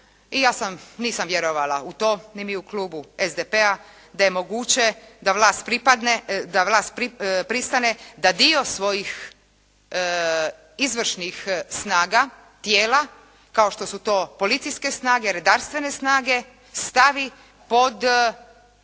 i ja nisam vjerovala u to, ni mi u klubu SDP-a da je moguće da vlast pristane da dio svojih izvršnih snaga, tijela kao što su to policijske snage, redarstvene snage stavi pod